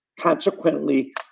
consequently